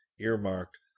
earmarked